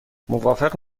موافق